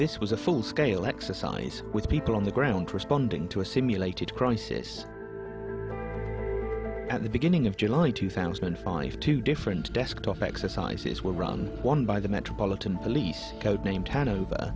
this was a full scale exercise with people on the ground responding to a simulated crisis at the beginning of july two thousand and five two different desktop exercises were run one by the metropolitan police code named